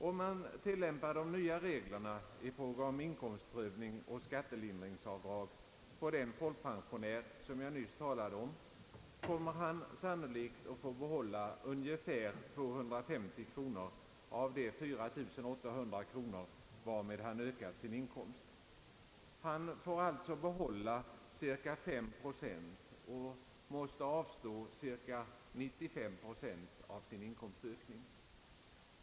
Om man tillämpar de nya reglerna i fråga om inkomstprövning och skattelindringsavdrag på den folkpensionär som jag nyss talade om, kommer han sannolikt att få behålla ungefär 250 kronor av de 4 800 kronor varmed han ökat sin årsinkomst. Han får således behålla cirka 5 procent och tvingas avstå cirka 95 procent av sin inkomstökning.